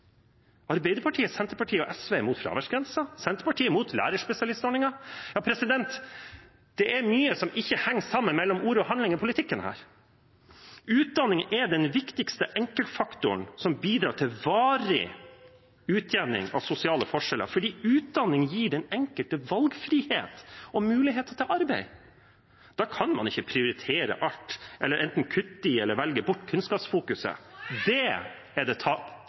Arbeiderpartiet, Senterpartiet og SV er imot fraværsgrensa. Senterpartiet er imot lærerspesialistordningen. Det er mye som ikke henger sammen mellom ord og handling i politikken her. Utdanning er den viktigste enkeltfaktoren som bidrar til varig utjevning av sosiale forskjeller, fordi utdanning gir den enkelte valgfrihet og muligheter til arbeid. Da kan man ikke prioritere alt, eller kutte i eller velge bort kunnskapsfokuset. Det er det